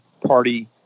party